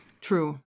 True